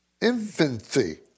infancy